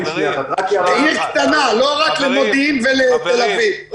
מעיר קטנה, לא רק ממודיעין ותל אביב.